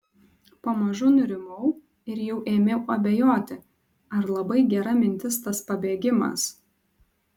pamažu nurimau ir jau ėmiau abejoti ar labai gera mintis tas pabėgimas